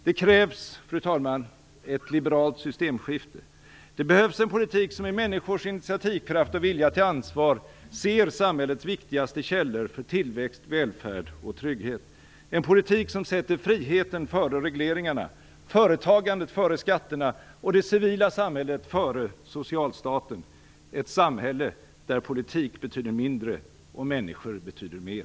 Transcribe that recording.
Det krävs, fru talman, ett liberalt systemskifte. Det behövs en politik som i människors initiativkraft och vilja till ansvar ser samhällets viktigaste källor för tillväxt, välfärd, och trygghet, en politik som sätter friheten före regleringarna, företagandet före skatterna och det civila samhället före socialstaten - ett samhälle där politik betyder mindre och människor betyder mer.